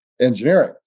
engineering